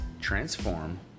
transform